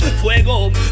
Fuego